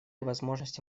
возможности